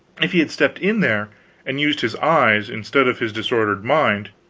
if he had stepped in there and used his eyes, instead of his disordered mind,